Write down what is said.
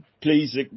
please